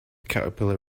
caterpillar